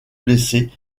blessé